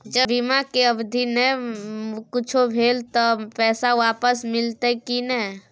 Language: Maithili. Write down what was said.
ज बीमा के अवधि म नय कुछो भेल त पैसा वापस मिलते की नय?